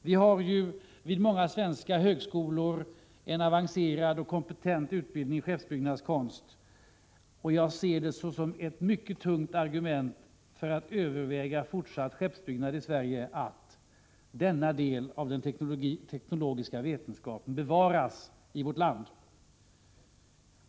Vi har vid många svenska högskolor en avancerad och kompetent utbildning i skeppsbyggnadskonst. Jag ser det som ett mycket tungt argument för fortsatt skeppsbyggnad i Sverige att denna del av den teknologiska vetenskapen bevaras i vårt land.